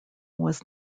was